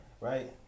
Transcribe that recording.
Right